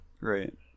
Right